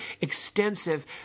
extensive